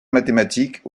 mathématiques